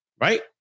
right